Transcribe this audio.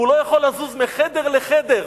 כשהוא לא יכול לזוז מחדר לחדר.